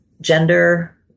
gender